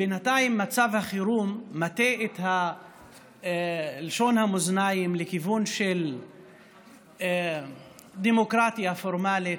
בינתיים מצב החירום מטה את לשון המאזניים לכיוון של דמוקרטיה פורמלית,